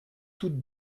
toutes